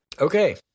Okay